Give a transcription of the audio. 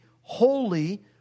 holy